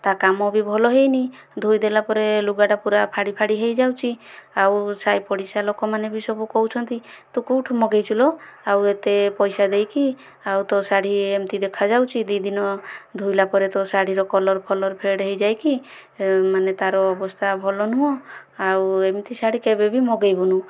ତା କାମ ଭି ଭଲ ହୋଇନି ଧୋଇ ଦେଲା ପରେ ଲୁଗାଟା ପୁରା ଫାଡ଼ି ଫାଡ଼ି ହୋଇଯାଉଛି ଆଉ ସାଇ ପଡ଼ିଶା ଲୋକମାନେ ବି ସବୁ କହୁଛନ୍ତି ତୁ କେଉଁଠୁ ମଗେଇଛୁ ଲୋ ଆଉ ଏତେ ପଇସା ଦେଇକି ଆଉ ତୋ ଶାଢ଼ୀ ଏମିତି ଦେଖା ଯାଉଛି ଦି ଦିନ ଧୋଇଲା ପରେ ତୋ ଶାଢ଼ୀର କଲର ଫଲର ଫେଡ଼ ହୋଇଯାଇଛି ମାନେ ତାର ଅବସ୍ଥା ଭଲ ନୁହଁ ଆଉ ଏମିତି ଶାଢ଼ୀ କେବେବି ମଗାଇବୁନାହିଁ